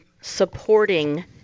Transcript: supporting